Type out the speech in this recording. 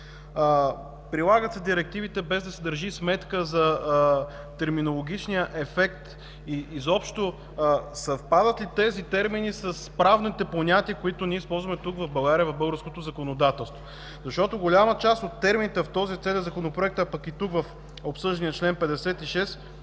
Прилагат се директивите, без да се държи сметка за терминологичния ефект и изобщо съвпадат ли тези термини с правните понятия, които ние използваме тук в България, в българското законодателство? Защото голяма част от термините в този ценен Законопроект, а пък и тук в обсъждания чл. 56,